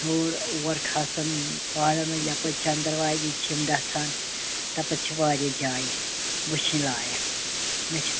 ہیٛور اور کھسَان پہاڑَن یَپٲرۍ چَنٛدَن واری چھِ یِم گژھان تَپٲرۍ چھِ واریاہ جایہِ وُچھِنۍ لایِق مےٚ چھُ